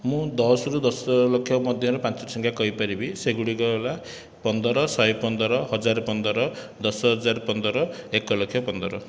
ମୁଁ ଦଶରୁ ଦଶ ଲକ୍ଷ ପର୍ଯ୍ୟନ୍ତ ପାଞ୍ଚୋଟି ସଂଖ୍ୟା କହିପାରିବି ସେଗୁଡ଼ିକ ହେଲା ପନ୍ଦର ଶହେ ପନ୍ଦର ହଜାରେ ପନ୍ଦର ଦଶ ହଜାର ପନ୍ଦର ଏକ ଲକ୍ଷ ପନ୍ଦର